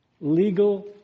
Legal